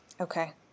Okay